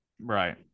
right